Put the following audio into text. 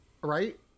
Right